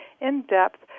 in-depth